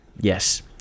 yes